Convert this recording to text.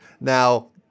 Now